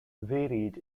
varied